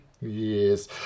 yes